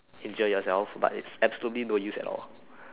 injure yourself but it's absolutely no use at all